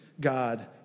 God